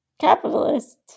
capitalist